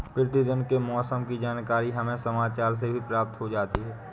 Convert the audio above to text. प्रतिदिन के मौसम की जानकारी हमें समाचार से भी प्राप्त हो जाती है